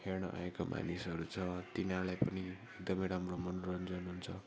हेर्न आएका मानिसहरू छ तिनीहरूलाई पनि एकदमै राम्रो मनोरञ्जन हुन्छ